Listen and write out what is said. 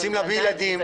רוצים להביא ילדים,